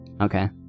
okay